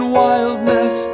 wildness